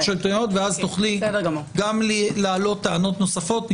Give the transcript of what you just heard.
השלטוניות ואז תוכלי להעלות טענות נוספות.